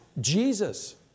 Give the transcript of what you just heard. Jesus